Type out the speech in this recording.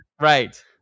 right